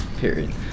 Period